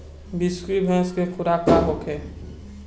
बिसुखी भैंस के खुराक का होखे?